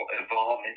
evolve